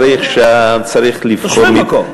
תושבי המקום.